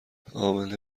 امنه